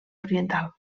oriental